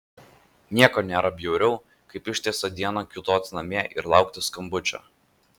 nieko nėra bjauriau kaip ištisą dieną kiūtoti namie ir laukti skambučio